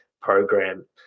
program